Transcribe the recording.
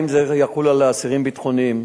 האם זה יחול על אסירים ביטחוניים,